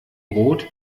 brot